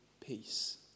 peace